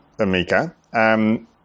Amika